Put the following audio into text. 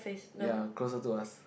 ya closer to us